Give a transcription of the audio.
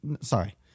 sorry